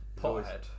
Pothead